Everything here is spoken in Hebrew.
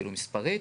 כאילו מספרית,